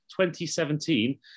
2017